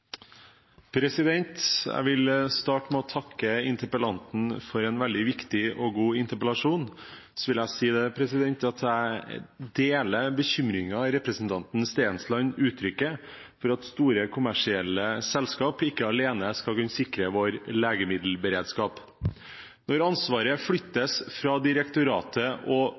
vil jeg si at jeg deler bekymringen representanten Stensland uttrykker for at store kommersielle selskap ikke alene skal kunne sikre vår legemiddelberedskap. Når ansvaret flyttes fra direktoratet og